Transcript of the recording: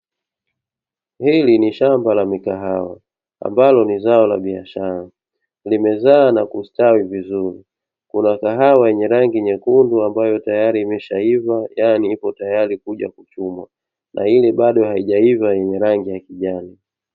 Hili ni shamba la kahawa ambalo ni zao la biashara, limezaa na kustawi vizuri kuna kahawa yenye rangi nyekundu ambayo tayari imeshaiva, yaani ipo tayari kuja kuchumwa na ile bado haijaiva yenye rangi ya kijani.